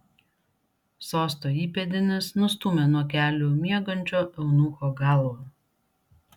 sosto įpėdinis nustūmė nuo kelių miegančio eunucho galvą